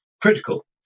critical